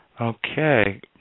Okay